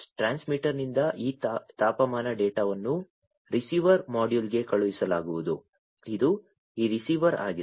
ಟ್ರಾನ್ಸ್ಮಿಟರ್ನಿಂದ ಈ ತಾಪಮಾನ ಡೇಟಾವನ್ನು ರಿಸೀವರ್ ಮಾಡ್ಯೂಲ್ಗೆ ಕಳುಹಿಸಲಾಗುವುದು ಇದು ಈ ರಿಸೀವರ್ ಆಗಿದೆ